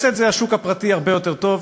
השוק הפרטי יעשה את זה הרבה יותר טוב,